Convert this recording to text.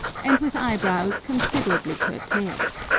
and with eye-brows considerably curtailed.